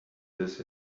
this